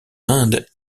inde